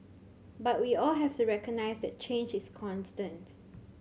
but we all have to recognise that change is constant